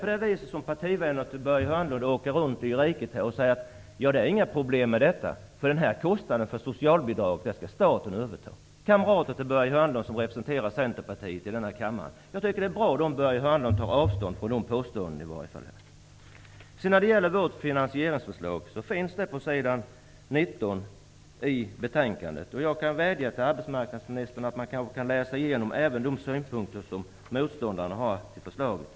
Men det kanske är som partivänner till Börje Hörnlund åker runt i riket och säger. De säger att detta inte är något problem, för staten skall överta kostnaden för socialbidrag. Det är kamrater till Börje Hörnlund, som representerar Centerpartiet i denna kammare. Jag tycker att det är bra om Börje Hörnlund tar avstånd från de påståendena. Vårt finansieringsförslag finns på s. 19 i betänkandet. Jag kan vädja till arbetsmarknadsministern att han kanske kan läsa igenom även motståndarnas synpunkter på förslaget.